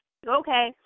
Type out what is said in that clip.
okay